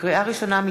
לקריאה ראשונה,